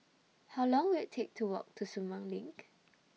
How Long Will IT Take to Walk to Sumang LINK